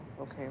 okay